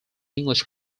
english